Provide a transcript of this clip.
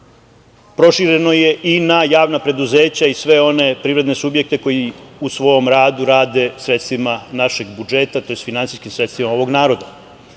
prošireno je i na javna preduzeća i sve one privredne subjekte koji u svom radu rade sredstvima našeg budžeta, tj. finansijskim sredstvima ovog naroda.